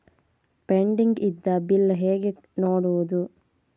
Pending ಇದ್ದ bill ಹೇಗೆ ನೋಡುವುದು?